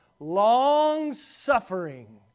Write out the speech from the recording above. long-suffering